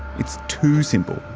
it's too simple.